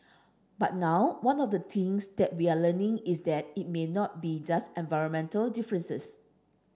but now one of the things that we are learning is that it may not be just environmental differences